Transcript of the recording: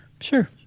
Sure